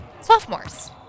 sophomores